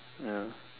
ya